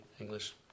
English